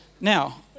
Now